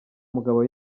umugabo